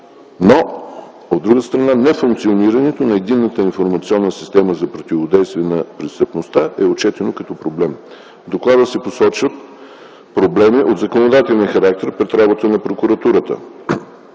но, от друга страна, нефункционирането на Единната информационна система за противодействие на престъпността е отчетено като проблем. В доклада се сочат проблеми от законодателен характер пред работата на прокуратурата.